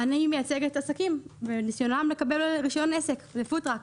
אני מייצגת עסקים בניסיונם לקבל רישיון עסק לפוד-טראק.